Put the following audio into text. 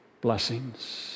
blessings